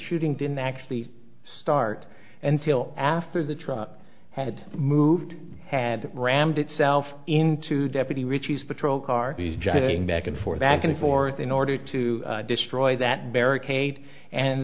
shooting didn't actually start and still after the truck had moved had rammed itself into deputy ricci's patrol car he's joining back and forth back and forth in order to destroy that barricade and